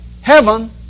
heaven